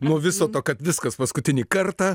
nuo viso to kad viskas paskutinį kartą